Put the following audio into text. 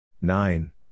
Nine